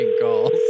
calls